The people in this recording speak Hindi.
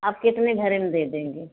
आप कितने घरे में दें देंगे